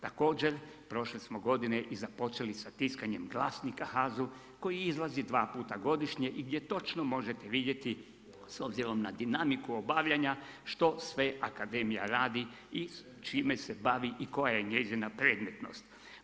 Također, prošle smo godine i započeli sa tiskanjem glasnika HAZU koji izlazi 2 puta godišnje i gdje točno možete vidjeti s obzirom na dinamiku obavljanja što sve akademija radi i čime se bavi i koja je njezina predmetnost.